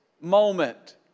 moment